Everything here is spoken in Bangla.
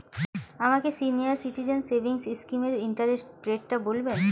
আমাকে সিনিয়র সিটিজেন সেভিংস স্কিমের ইন্টারেস্ট রেটটা বলবেন